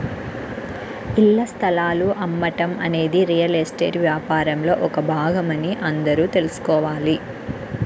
ఇళ్ల స్థలాలు అమ్మటం అనేది రియల్ ఎస్టేట్ వ్యాపారంలో ఒక భాగమని అందరూ తెల్సుకోవాలి